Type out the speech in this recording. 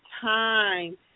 time